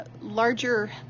larger